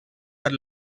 per